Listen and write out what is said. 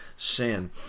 sin